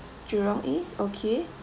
jurong east okay